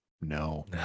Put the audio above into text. No